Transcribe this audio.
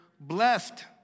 blessed